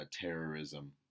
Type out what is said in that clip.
terrorism